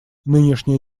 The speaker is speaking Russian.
нынешняя